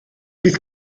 bydd